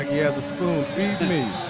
he has a spoon, feed me.